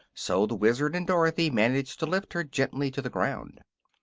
so the wizard and dorothy managed to lift her gently to the ground.